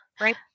right